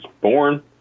born